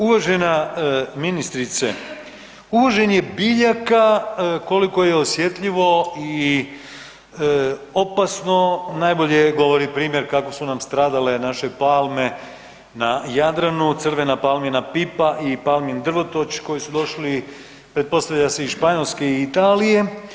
Uvažena ministrice, uvoženje biljaka koliko je osjetljivo i opasno najbolje govori primjer kako su nam stradale naše palme na Jadranu, crvena palmina pipa i palmin drvotoč koji su došli pretpostavlja se iz Španjolske i Italije.